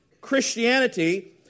Christianity